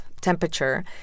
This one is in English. temperature